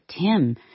Tim